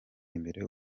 imbere